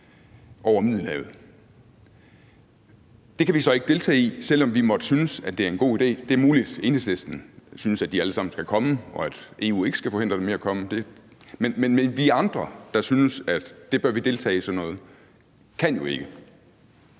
Det kan vi så ikke deltage i, selv om vi måtte synes, at det er en god idé. Det er muligt, at Enhedslisten synes, at de alle sammen skal komme, og at EU ikke skal forhindre dem i at komme. Men vi andre, der synes, at sådan noget bør vi deltage i, kan jo ikke.